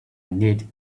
need